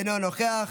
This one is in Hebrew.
אינו נוכח,